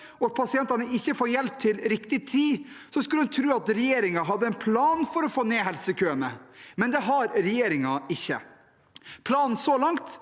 at pasientene ikke får hjelp til riktig tid, skulle en tro at regjeringen hadde en plan for å få ned helsekøene, men det har regjeringen ikke. Planen så langt